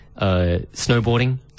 snowboarding